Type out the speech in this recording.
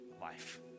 life